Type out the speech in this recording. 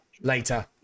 later